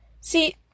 See